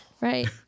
right